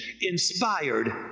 inspired